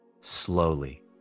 slowly